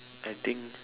I think